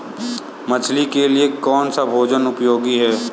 मछली के लिए कौन सा भोजन उपयोगी है?